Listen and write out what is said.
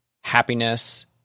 happiness